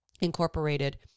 incorporated